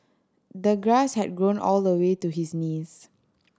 the grass had grown all the way to his knees